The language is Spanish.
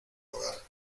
hogar